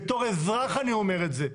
בתור אזרח אני אומר את זה.